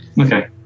Okay